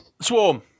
Swarm